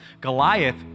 Goliath